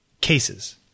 cases